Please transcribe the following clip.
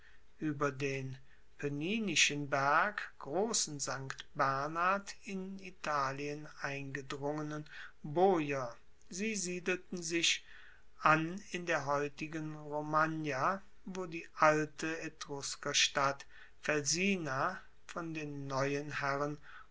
ueber den poeninischen berg grossen st bernhard in italien eingedrungenen boier sie siedelten sich an in der heutigen romagna wo die alte etruskerstadt felsina von den neuen herren